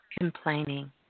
complaining